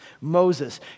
Moses